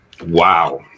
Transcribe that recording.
wow